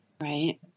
Right